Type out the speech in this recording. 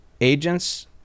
agents